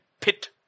pit